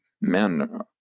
men